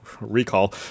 recall